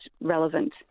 relevant